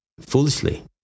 foolishly